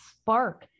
spark